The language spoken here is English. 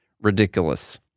ridiculous